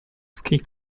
ski